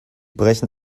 brechen